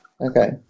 Okay